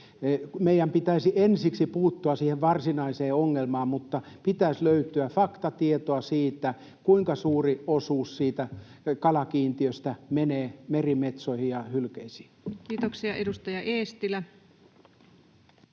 Meidän pitäisi ensiksi puuttua siihen varsinaiseen ongelmaan, mutta pitäisi löytyä faktatietoa siitä, kuinka suuri osuus siitä kalakiintiöstä menee merimetsoihin ja hylkeisiin. Kiitoksia. — Edustaja Eestilä.